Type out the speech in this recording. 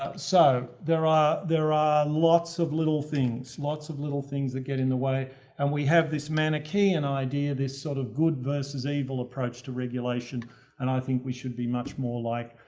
so there are, there are lots of little things. lots of little things that get in the way and we have this manichaean idea. this sort of good versus evil approach to regulation and i think we should be much more like.